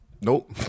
Nope